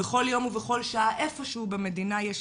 בכל יום ובכל שעה איפשהו במדינה יש